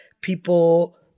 People